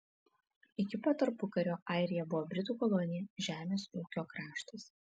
iki pat tarpukario airija buvo britų kolonija žemės ūkio kraštas